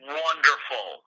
wonderful